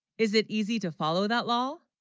is it easy to follow. that law.